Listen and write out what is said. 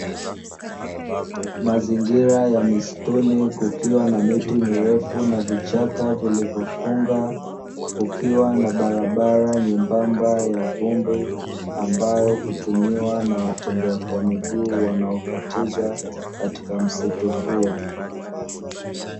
Mazingira ya misituni kukiwa na miti mirefu na vichaka vilivyofunga, kukiwa na barabara nyembamba ya vumbi, ambayo hutumiwa na watembea kwa miguu wanaokatiza katika msitu huo.